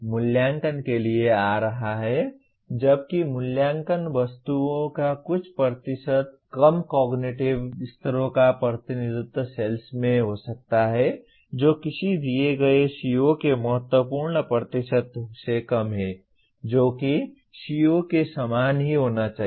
मूल्यांकन के लिए आ रहा है जबकि मूल्यांकन वस्तुओं का कुछ प्रतिशत प्रतिशत कम कॉग्निटिव स्तरों का प्रतिनिधित्व सेल्स में हो सकता है जो किसी दिए गए CO के महत्वपूर्ण प्रतिशत से कम है जो कि CO के समान ही होना चाहिए